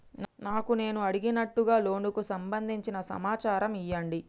నాకు నేను అడిగినట్టుగా లోనుకు సంబందించిన సమాచారం ఇయ్యండి?